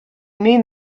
mean